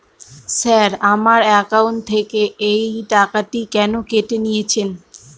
Sir আমার account থেকে এই টাকাটি কেন কেটে নিয়েছেন?